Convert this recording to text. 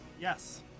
Yes